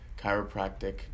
chiropractic